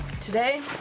Today